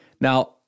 Now